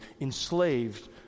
enslaved